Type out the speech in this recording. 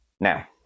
Now